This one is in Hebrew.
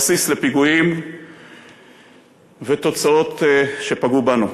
בסיס לפיגועים ותוצאות שפגעו בנו.